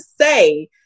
say